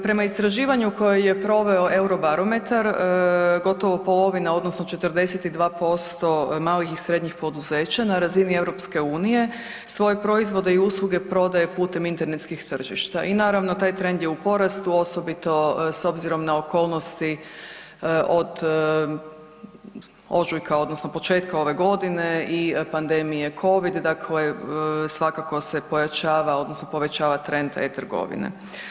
Prema istraživanju koje je proveo Eurobarometar gotovo polovina odnosno 42% malih i srednjih poduzeća na razini EU svoje proizvode i usluge prodaje putem internetskih tržišta i naravno taj trend je u porastu osobito s obzirom na okolnosti od ožujka odnosno početka ove godine i pandemije COVID, dakle svakako se pojačava odnosno povećava trend e-trgovine.